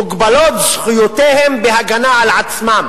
מוגבלות זכויותיהם בהגנה על עצמם